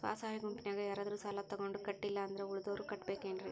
ಸ್ವ ಸಹಾಯ ಗುಂಪಿನ್ಯಾಗ ಯಾರಾದ್ರೂ ಸಾಲ ತಗೊಂಡು ಕಟ್ಟಿಲ್ಲ ಅಂದ್ರ ಉಳದೋರ್ ಕಟ್ಟಬೇಕೇನ್ರಿ?